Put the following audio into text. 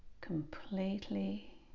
completely